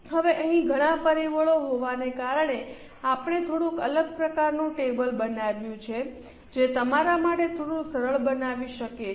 હવે અહીં ઘણાં પરિબળો હોવાને કારણે આપણે થોડુંક અલગ પ્રકારનું ટેબલ બનાવ્યું છે જે તમારા માટે થોડું સરળ બનાવી શકે છે